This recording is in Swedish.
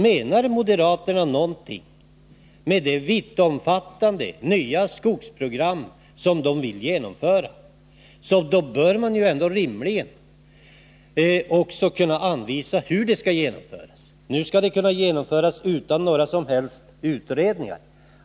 Menar moderaterna någonting med det vittomfattande nya skogsprogram som de vill genomföra, bör de rimligen också kunna anvisa hur detta skall genomföras. Nu skall det kunna genomföras utan några som helst utredningar.